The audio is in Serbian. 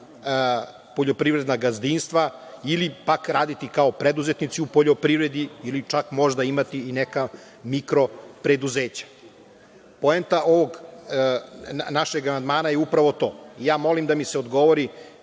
poljoprivredna gazdinstva ili pak raditi kao preduzetnici u poljoprivredi ili čak možda imati i neka mikro preduzeća. Poenta našeg amandmana je upravo to. Molim da mi se odgovori